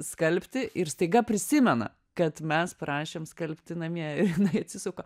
skalbti ir staiga prisimena kad mes prašėm skalbti namie ir jinai atsisuka